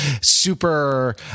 super